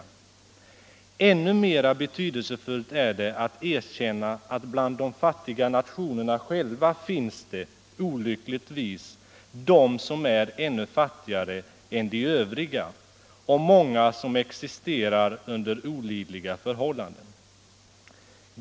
Ännu mera betydelsefullt är det att erkänna att bland de fattiga nationerna själva finns det, olyckligtvis, de som är ännu fattigare än de övriga och många som existerar under olidliga förhållanden.